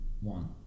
one